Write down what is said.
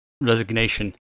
resignation